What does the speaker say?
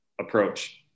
approach